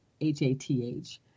H-A-T-H